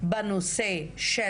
בנושא של